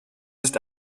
ist